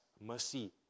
mercy